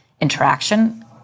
interaction